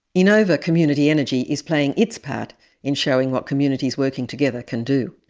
enova community energy is playing its part in showing what communities working together can do.